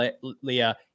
Leah